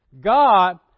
God